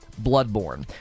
Bloodborne